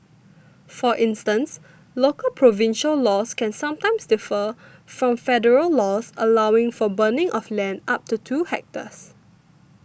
for instance local provincial laws can sometimes differ from federal laws allowing for burning of land up to two hectares